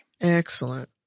Excellent